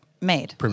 made